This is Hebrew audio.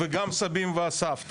וגם את הסבים והסבתות,